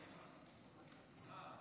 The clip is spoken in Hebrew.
חמש